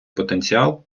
потенціал